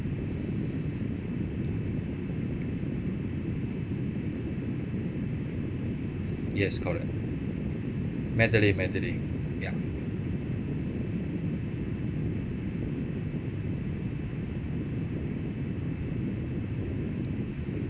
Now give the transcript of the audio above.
yes correct mandalay mandalay ya